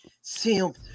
Simp